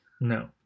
No